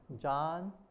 john